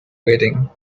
waiting